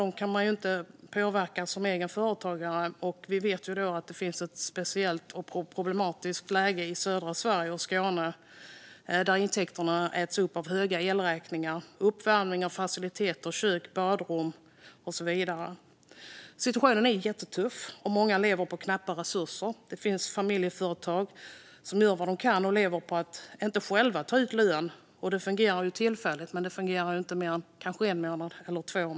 Som egen företagare kan man inte påverka dem. Vi vet också att det är ett särskilt problematiskt läge i södra Sverige och Skåne. Där äts intäkterna upp av höga elräkningar för uppvärmning av faciliteter, kök, badrum och så vidare. Situationen är jättetuff. Många lever på knappa resurser. Det finns familjeföretagare som gör vad de kan. De lever på att inte själva ta ut lön. Det fungerar tillfälligt, men inte i mer än kanske en månad eller två.